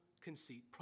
conceit